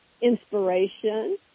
inspiration